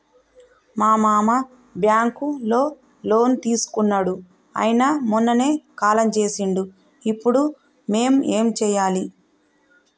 మా మామ బ్యాంక్ లో లోన్ తీసుకున్నడు అయిన మొన్ననే కాలం చేసిండు ఇప్పుడు మేం ఏం చేయాలి?